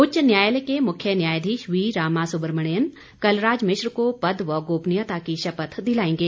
उच्च न्यायालय के मुख्य न्यायाधीश वी रामासुब्रमण्यन कलराज मिश्र को पद व गोपनीयता की शपथ दिलाएंगे